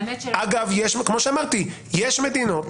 אגב, כמו שאמרתי, יש מדינות